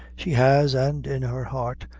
she has and in her heart,